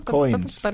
Coins